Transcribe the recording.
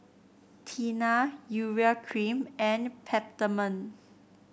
Tena Urea Cream and Peptamen